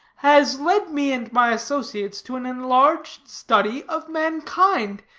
has led me and my associates to an enlarged study of mankind.